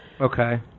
Okay